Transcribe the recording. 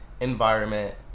environment